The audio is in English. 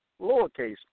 lowercase